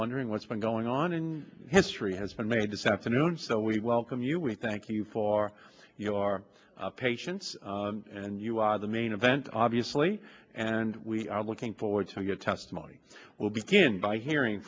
wondering what's been going on in history has been made this afternoon so we welcome you we thank you for your patience and you are the main event obviously and we are looking forward to your testimony will begin by hearing